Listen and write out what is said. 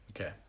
Okay